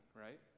right